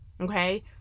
okay